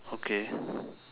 okay